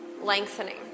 lengthening